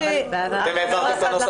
אתם העברתם את הנוסח שלכם הבוקר.